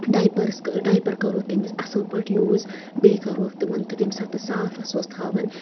ڈایپٲرٕس diaper کَرو تٔمِس اَصٕل پٲٹھۍ یوٗز بیٚیہِ کرہوکھ تِمن تہِ تَمہِ ساتہٕ صاف آسہٕ ہوس تھاوان